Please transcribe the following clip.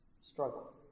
struggle